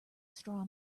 straw